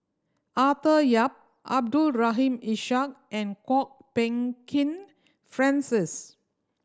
Arthur Yap Abdul Rahim Ishak and Kwok Peng Kin Francis